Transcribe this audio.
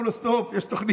אמרו לו: סטופ, יש תוכנית,